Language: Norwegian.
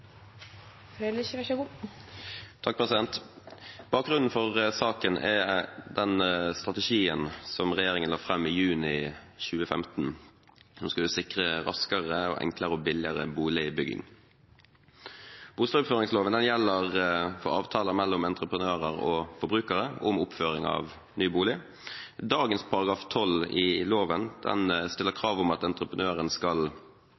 den strategien som regjeringen la fram i juni 2015, som skulle sikre raskere, enklere og billigere boligbygging. Bustadoppføringsloven gjelder for avtaler mellom entreprenører og forbrukere om oppføring av ny bolig. Dagens § 12 i loven stiller krav om at entreprenøren skal